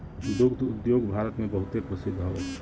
दुग्ध उद्योग भारत मे बहुते प्रसिद्ध हौ